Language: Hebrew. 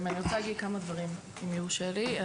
אני רוצה להגיד כמה דברים אם יורשה לי.